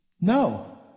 No